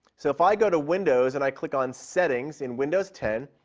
so, if i go to windows and i click on settings in windows ten,